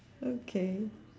okay